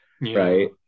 right